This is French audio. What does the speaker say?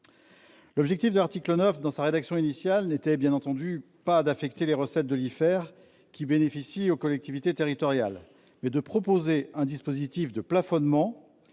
l'objectif de l'article 9 dans sa rédaction initiale n'était pas d'affecter les recettes de l'IFER, qui bénéficient aux collectivités territoriales, mais de proposer un dispositif de plafonnement